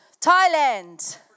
Thailand